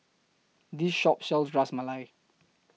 This Shop sells Ras Malai